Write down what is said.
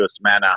manner